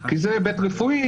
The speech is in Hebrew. כי זה היבט רפואי,